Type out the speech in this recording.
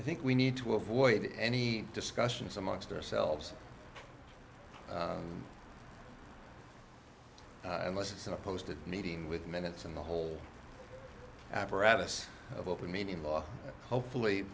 i think we need to avoid any discussions amongst ourselves unless it's in a post a meeting with minutes and the whole apparatus of open meeting law hopefully